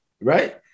right